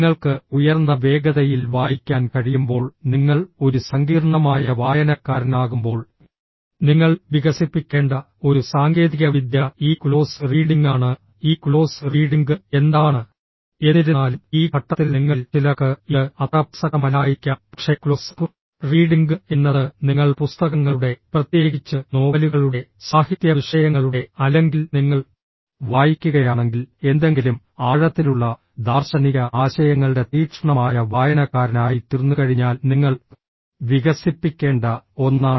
നിങ്ങൾക്ക് ഉയർന്ന വേഗതയിൽ വായിക്കാൻ കഴിയുമ്പോൾ നിങ്ങൾ ഒരു സങ്കീർണ്ണമായ വായനക്കാരനാകുമ്പോൾ നിങ്ങൾ വികസിപ്പിക്കേണ്ട ഒരു സാങ്കേതികവിദ്യ ഈ ക്ലോസ് റീഡിങ്ങാണ് ഈ ക്ലോസ് റീഡിംഗ് എന്താണ് എന്നിരുന്നാലും ഈ ഘട്ടത്തിൽ നിങ്ങളിൽ ചിലർക്ക് ഇത് അത്ര പ്രസക്തമല്ലായിരിക്കാം പക്ഷേ ക്ലോസ് റീഡിംഗ് എന്നത് നിങ്ങൾ പുസ്തകങ്ങളുടെ പ്രത്യേകിച്ച് നോവലുകളുടെ സാഹിത്യ വിഷയങ്ങളുടെ അല്ലെങ്കിൽ നിങ്ങൾ വായിക്കുകയാണെങ്കിൽ എന്തെങ്കിലും ആഴത്തിലുള്ള ദാർശനിക ആശയങ്ങളുടെ തീക്ഷ്ണമായ വായനക്കാരനായിത്തീർന്നുകഴിഞ്ഞാൽ നിങ്ങൾ വികസിപ്പിക്കേണ്ട ഒന്നാണ്